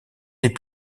des